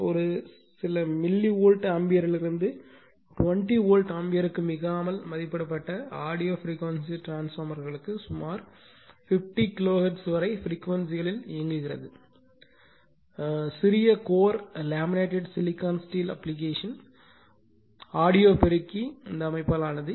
ஒரு சில millivolt ஆம்பியரிலிருந்து 20 வோல்ட் ஆம்பியருக்கு மிகாமல் மதிப்பிடப்பட்ட ஆடியோ ப்ரீக்வென்சி டிரான்ஸ்பார்மர் களுக்கு சுமார் 15 கிலோ ஹெர்ட்ஸ் வரை ப்ரீக்வென்சிகளில் இயங்குகிறது சிறிய core laminate silicon steel application audio பெருக்கி அமைப்பால் ஆனது